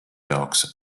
jaoks